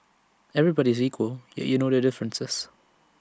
everybody is equal and yet you know their differences